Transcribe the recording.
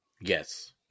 yes